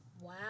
Wow